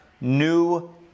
new